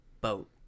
boat